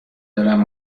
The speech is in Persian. دلم